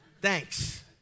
Thanks